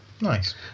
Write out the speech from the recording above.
Nice